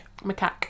macaque